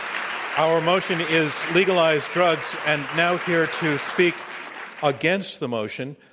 um our motion is legalize drugs. and now here to speak against the motion,